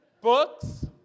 books